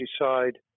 decide